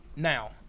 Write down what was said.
Now